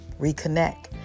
reconnect